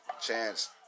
Chance